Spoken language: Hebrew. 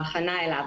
בהכנה אליו,